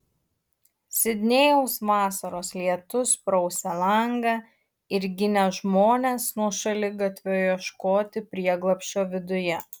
sidnėjaus vasaros lietus prausė langą ir ginė žmones nuo šaligatvio ieškoti prieglobsčio viduje